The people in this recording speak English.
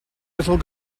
little